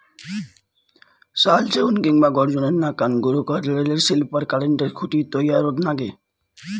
শাল, সেগুন কিংবা গর্জনের নাকান গুরুকাঠ রেলের স্লিপার, কারেন্টের খুঁটি তৈয়ারত নাগে